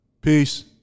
Peace